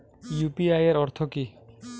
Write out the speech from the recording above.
UPI এর অর্থ কি?